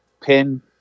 pin